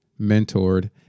mentored